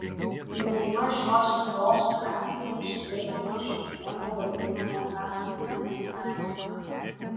dauguma šios ligos atvejų siejama su geno vadinamo atm mutacija